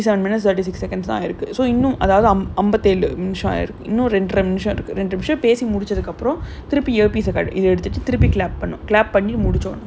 okay so அத வந்து ஞாபக வச்சுப்போம் நம்ம வந்து:atha vanthu nyabaga vachuppom namma vanthu exact ah one hour ஒரு:oru fifteen seconds extra பேசுவோம்:pesuvom one hour fifteen seconds முடிச்சதுக்கு அப்புறம் நம்ம வந்து:mudichathukku appuram namma vanthu clap பண்ணிட்டு முடிச்சுறோம்:pannittu mudichurom